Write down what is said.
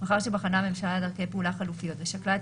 ולאחר שבחנה הממשלה דרכי פעולה חלופיות ושקלה את